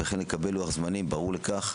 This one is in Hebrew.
וכן לקבל לוח זמנים ברור לכך.